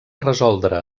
resoldre